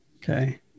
Okay